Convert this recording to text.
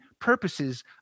purposes